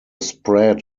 spread